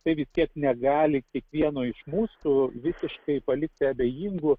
tai vis tiek negali kiekvieno iš mūsų visiškai palikti abejingų